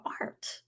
art